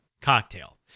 cocktail